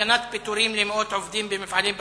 סכנת פיטורים למאות עובדים במפעלים בצפון,